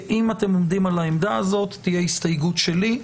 אם אתם עומדים על זה, תהיה הסתייגות שלי.